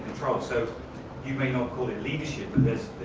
so you may not call it leadership, but